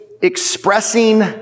expressing